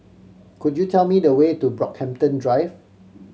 could you tell me the way to Brockhampton Drive